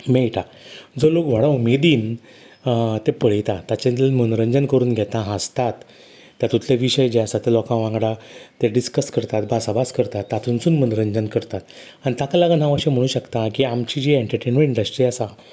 मेळटा जो लोक व्हड उमेदीन ते पळयता तेचें मनोरंजन करून घेता हांसतात तातूंतले विशय जे आसात ते लोकां वांगडा ते डिसकस करतात भासाभास करतात तातूंनसून मनोरंजन करतात आनी ताका लागून हांव अशें म्हणूं शकता की आमची जी एटंटेनमेंट इंडस्ट्री जी आसा